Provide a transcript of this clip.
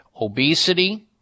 obesity